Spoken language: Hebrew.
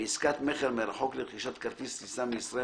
בעסקת מכר מרחוק לרכישת כרטיס טיסה מישראל